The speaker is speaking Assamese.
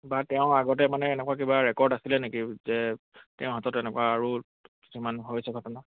বা তেওঁ আগতে মানে এনেকুৱা কিবা ৰেকৰ্ড আছিলে নেকি যে তেওঁৰ হাতত এনেকুৱা আৰু কিছুমান হৈছে ঘটনা